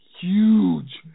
huge